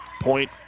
Point